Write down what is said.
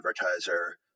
advertiser